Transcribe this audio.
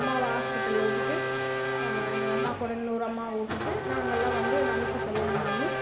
எங்கம்மாவை ஹாஸ்பிடலில் விட்டுட்டு எங்கள் அம்மா கூட இன்னோரு அம்மாவை விட்டுட்டு நாங்கல்லாம் வந்து என்தங்கச்சிக்கு கல்யாணம் பண்ணி